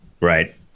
Right